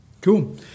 Cool